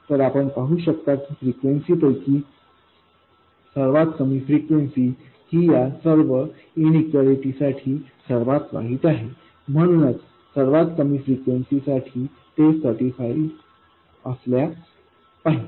तर आपण पाहू शकता की फ्रिक्वेन्सी पैकी सर्वात कमी फ्रिक्वेन्सी ही या सर्व इनिक्वालटीसाठी सर्वात वाईट आहे म्हणूनच सर्वात कमी फ्रिक्वेन्सी साठी ते सैटिस्फाइड असमी पाहिजे